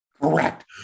Correct